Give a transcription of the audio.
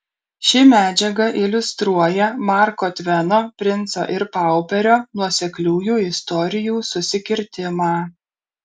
ši medžiaga iliustruoja marko tveno princo ir pauperio nuosekliųjų istorijų susikirtimą